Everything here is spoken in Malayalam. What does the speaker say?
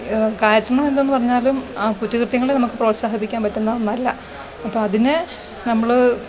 കാരണം എന്തെന്ന് പറഞ്ഞാലും ആ കുറ്റകൃത്യങ്ങൾ നമുക്ക് പ്രോത്സാഹിപ്പിക്കാൻ പറ്റുന്ന ഒന്നല്ല അപ്പോൾ അതിന് നമ്മൾ